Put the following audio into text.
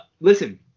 Listen